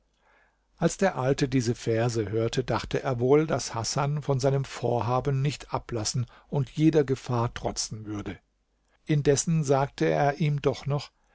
als der alte diese verse hörte dachte er wohl daß hasan von seinem vorhaben nicht ablassen und jeder gefahr trotzen würde indessen sagte er ihm doch noch